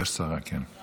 יש שרה, כן.